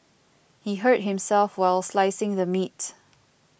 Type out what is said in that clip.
he hurt himself while slicing the meat